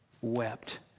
wept